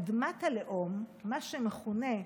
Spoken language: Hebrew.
אדמת הלאום, מה שמכונה,